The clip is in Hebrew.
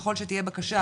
ככל שתהיה בקשה,